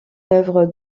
œuvre